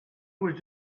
was